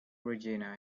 regina